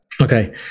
Okay